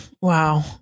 Wow